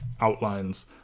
outlines